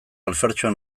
alfertxoa